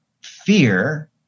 fear